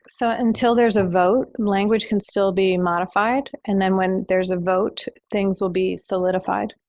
so until there's a vote, language can still be modified. and then when there's a vote, things will be solidified.